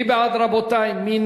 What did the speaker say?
רבותי, מי